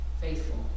faithful